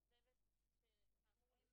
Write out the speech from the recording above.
אז לא יהיה.